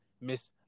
Miss